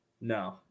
No